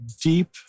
deep